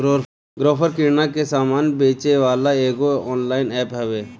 Grofer किरणा के सामान बेचेवाला एगो ऑनलाइन एप्प हवे